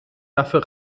dafür